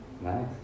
Nice